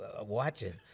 watching